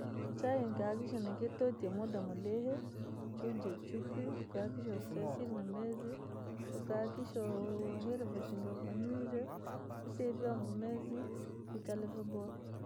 Chai nkaakikisha nookiitootiya muda mulihi, chujaa chupii, ukaakikisha wosesirie na mezi, ukahakikishe uuhile vasinga vanywile, usie vyombo mezi kwakile vyaboha.